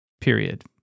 period